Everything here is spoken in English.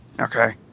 Okay